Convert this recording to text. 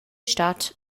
stat